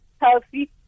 healthy